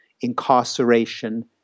incarceration